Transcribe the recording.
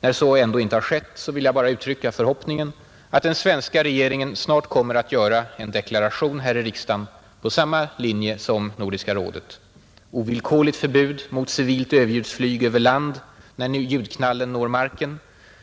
När så ändå inte har skett vill jag bara uttrycka förhoppningen att den svenska regeringen snart kommer att göra en deklaration här i riksdagen på samma linje som Nordiska rådet: ovillkorligt förbud mot civilt överljudsflyg över land när ljudknallen når marken,